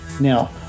Now